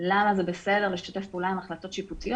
למה זה בסדר לשתף פעולה עם החלטות שיפוטיות.